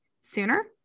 sooner